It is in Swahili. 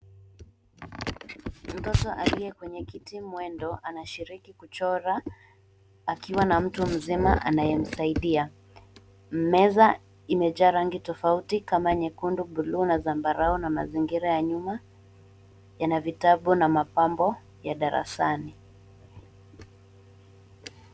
Mtoto aliye kwenye kiti mwendo anashiriki kuchora akiwa na mtu mzima anayemsaidia. Meza imejaa rangi tofauti kama nyekundu, bluu na zambarau na mazingira ya nyuma yana vitabu na mapambo ya darasani.